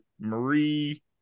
Marie